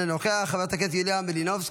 אינו נוכח, חברת הכנסת יוליה מלינובסקי,